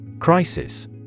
Crisis